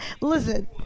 Listen